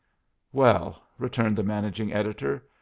well, returned the managing editor,